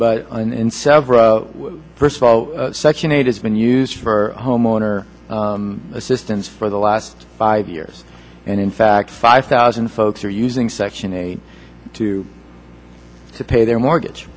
several first of all section eight has been used for homeowner assistance for the last five years and in fact five thousand folks are using section eight to pay their mortgage